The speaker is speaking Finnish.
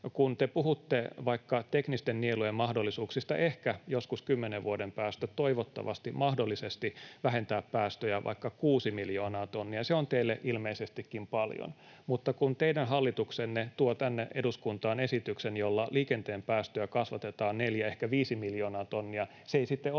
Kun te puhutte vaikka teknisten nielujen mahdollisuuksista ehkä joskus kymmenen vuoden päästä toivottavasti, mahdollisesti vähentää päästöjä vaikka kuusi miljoonaa tonnia, se on teille ilmeisestikin paljon, mutta kun teidän hallituksenne tuo tänne eduskuntaan esityksen, jolla liikenteen päästöjä kasvatetaan neljä, ehkä viisi miljoonaa tonnia, se ei sitten